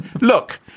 Look